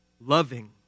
loving